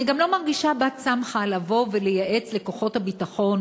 אני גם לא מרגישה בת-סמכא לבוא ולייעץ לכוחות הביטחון,